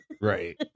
Right